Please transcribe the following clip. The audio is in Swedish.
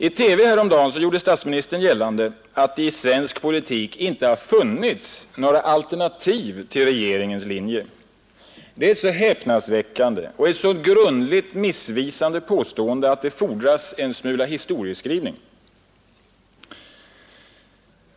I TV häromdagen gjorde statsministern gällande att det i svensk politik inte har funnits några alternativ till regeringens linje. Det är ett så häpnadsväckande och ett så grundligt missvisande påstående att det fordras en smula historieskrivning.